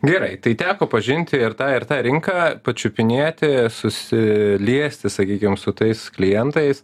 gerai tai teko pažinti ir tą ir tą rinką pačiupinėti susiliesti sakykim su tais klientais